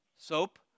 soap